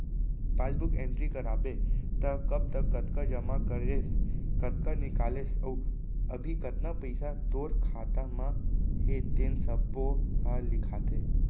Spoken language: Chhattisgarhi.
पासबूक एंटरी कराबे त कब कतका जमा करेस, कतका निकालेस अउ अभी कतना पइसा तोर खाता म हे तेन सब्बो ह लिखाथे